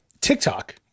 TikTok